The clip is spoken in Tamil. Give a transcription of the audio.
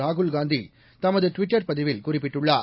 ராகுல்காந்தி தமது டுவிட்டர் பதிவில் குறிப்பிட்டுள்ளார்